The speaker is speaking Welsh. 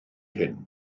hyn